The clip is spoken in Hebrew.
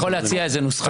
אתה יכול להציע איזה נוסחה?